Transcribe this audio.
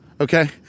okay